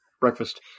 breakfast